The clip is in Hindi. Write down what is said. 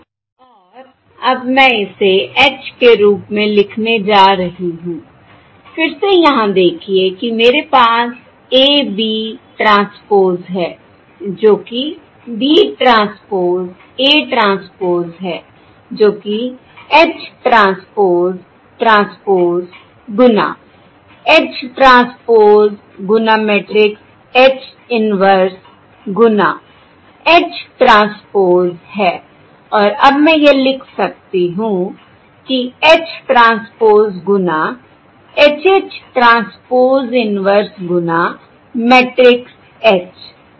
और अब मैं इसे H के रूप में लिखने जा रही हूँ फिर से यहाँ देखिए कि मेरे पास AB ट्रांसपोज़ है जो कि B ट्रांसपोज़ A ट्रांसपोज़ है जो कि H ट्रांसपोज़ ट्रांसपोज़ गुना H ट्रांसपोज़ गुना मैट्रिक्स H इन्वर्स गुना H ट्रांसपोज़ है और अब मैं यह लिख सकती हूं कि H ट्रांसपोज़ गुना H H ट्रांसपोज़ इन्वर्स गुना मैट्रिक्स H ठीक है